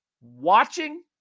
watching